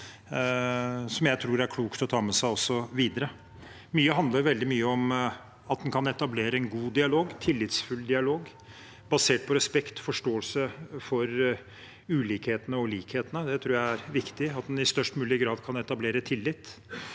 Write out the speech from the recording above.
som jeg også tror det er klokt å ta med seg videre. Det handler veldig mye om at en kan etablere en god og tillitsfull dialog basert på respekt og forståelse for ulikhetene og likhetene. Jeg tror det er viktig at en i størst mulig grad kan etablere tillit